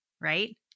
right